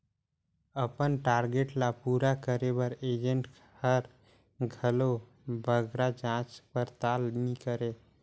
अपन टारगेट ल पूरा करे बर एजेंट हर घलो बगरा जाँच परताल नी करे